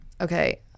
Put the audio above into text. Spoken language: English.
Okay